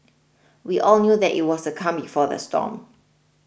we all knew that it was the calm before the storm